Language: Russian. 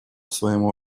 своему